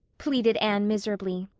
pleaded anne miserably,